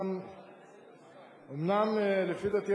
אומנם לדעתי,